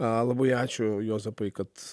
a labai ačiū juozapai kad